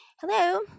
hello